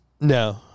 No